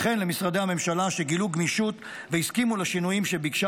וכן למשרדי הממשלה שגילו גמישות והסכימו לשינויים שביקשה